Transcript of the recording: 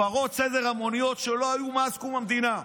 הפרות סדר המוניות שלא היו מאז קום המדינה.